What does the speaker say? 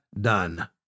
done